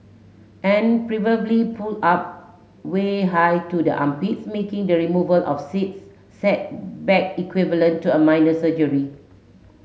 and preferably pulled up way high to the armpits making the removal of says said bag equivalent to a minor surgery